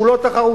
שהוא לא תחרותי,